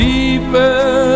Deeper